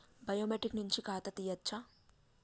Biometric నుంచి ఖాతా తీయచ్చా?